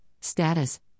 status